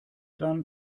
dann